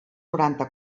noranta